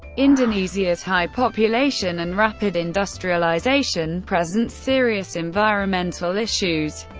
indonesia's high population and rapid industrialisation present serious environmental issues,